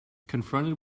confronted